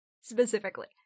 specifically